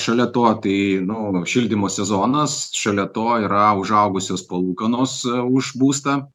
šalia to tai nu šildymo sezonas šalia to yra užaugusios palūkanos e už būstą